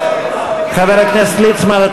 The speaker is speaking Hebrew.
חבר הכנסת ליצמן,